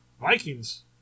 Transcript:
Vikings